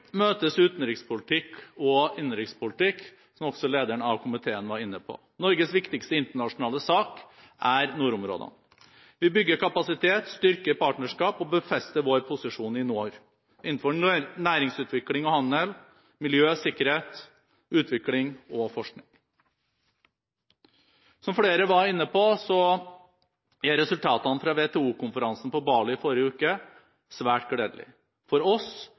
møtes utenriks- og innenrikspolitikk, som også lederen av utenriks- og forsvarskomiteen var inne på. Norges viktigste internasjonale sak er nordområdene. Vi bygger kapasitet, styrker partnerskap og befester vår posisjon i nord innen næringsutvikling og handel, miljø, sikkerhet, utvikling og forskning. Som flere var inne på, er resultatene fra WTO-konferansen på Bali forrige uke svært gledelige – for oss,